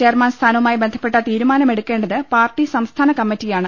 chairman സ്ഥാനവുമായി ബന്ധപ്പെട്ട തീരുമാനമെടുക്കേ ണ്ടത് പാർട്ടി സംസ്ഥാന കമ്മറ്റിയാണ്